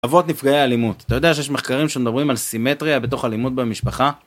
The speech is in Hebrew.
אבות נפגעי אלימות, אתה יודע שיש מחקרים שמדברים על סימטריה בתוך אלימות במשפחה?